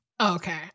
Okay